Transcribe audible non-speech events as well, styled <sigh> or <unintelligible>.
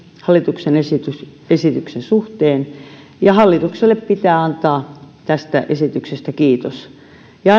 hallituksen esityksen suhteen ja hallitukselle pitää antaa tästä esityksestä kiitos ja <unintelligible>